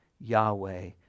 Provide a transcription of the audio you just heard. Yahweh